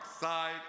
side